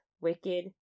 Wicked